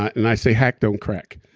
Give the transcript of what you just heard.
and i say hack don't crack